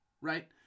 right